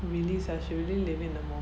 released as really limit 的